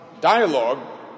dialogue